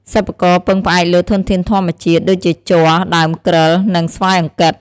សិប្បករពឹងផ្អែកលើធនធានធម្មជាតិ ដូចជាជ័រ ដើមគ្រើល និង ស្វាយអង្គិត។